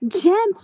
gem